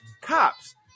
cops